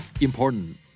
important